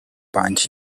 punch